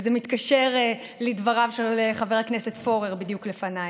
וזה מתקשר לדבריו של חבר הכנסת פורר בדיוק לפניי,